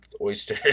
oyster